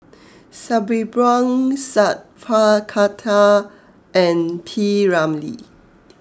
Sabri Buang Sat Pal Khattar and P Ramlee